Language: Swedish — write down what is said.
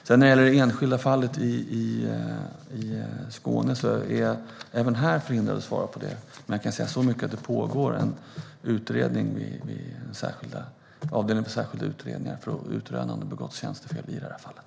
När det gäller det enskilda fallet i Skåne är jag även här förhindrad att svara på det. Men jag kan säga så mycket som att det pågår en utredning vid avdelningen för särskilda utredningar för att utröna om det begåtts något tjänstefel i det här fallet.